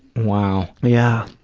wow. yeah.